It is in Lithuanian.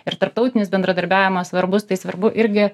ir tarptautinis bendradarbiavimas svarbus tai svarbu irgi